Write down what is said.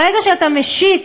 ברגע שאתה משית